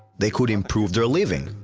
they could improve their living.